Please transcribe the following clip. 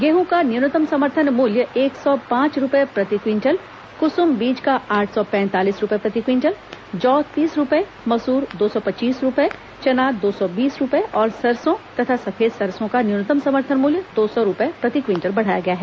गेहूं का न्यूनतम समर्थन मूल्य एक सौ पांच रूपये प्रति क्विंटल क सुम बीज का आठ सौ पैंतालीस रूपये प्रति क्विंटल जौ तीस रूपये मसूर दो सौ पच्चीस रूपये चना दो सौ बीस रूपये और सरसो तथा सफेद सरसो का न्यूनतम समर्थन मूल्य दो सौ रूपये प्रति क्विंटल बढ़ाया गया है